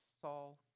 Saul